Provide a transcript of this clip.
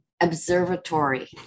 Observatory